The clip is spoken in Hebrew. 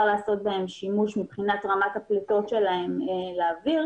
לעשות בהם שימוש מבחינת רמת הפליטות שלהם לאוויר.